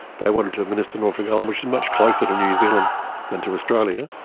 they wanted to administer norfolk island, which is much closer to new zealand than to australia.